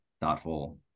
thoughtful